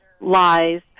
lies